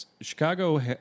Chicago